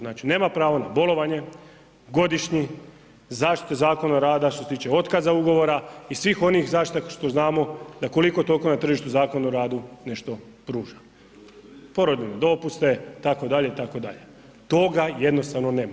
Znači, nema pravo na bolovanje, godišnji, zaštitu Zakona rada što se tiče otkaza ugovora i svih onih zaštita što znamo da koliko toliko na tržištu Zakon o radu nešto pruža, porodiljne dopuste itd., itd., toga jednostavno nema.